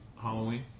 Halloween